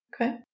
Okay